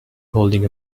holding